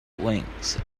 wings